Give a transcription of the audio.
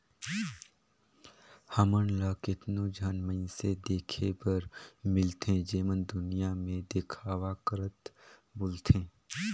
हमन ल केतनो झन मइनसे देखे बर मिलथें जेमन दुनियां में देखावा करत बुलथें